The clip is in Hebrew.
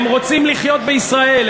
הם רוצים לחיות בישראל,